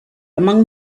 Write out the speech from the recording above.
among